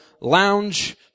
lounge